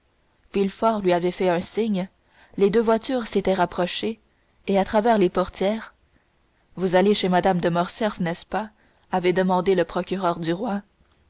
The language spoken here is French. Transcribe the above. villefort lui avait fait un signe les deux voitures s'étaient rapprochées et à travers les portières vous allez chez mme de morcerf n'est-ce pas avait demandé le procureur du roi